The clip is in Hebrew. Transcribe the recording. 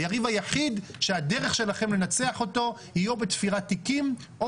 היריב היחיד שהדרך שלכם לנצח אותו היא או בתפירת תיקים או